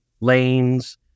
lanes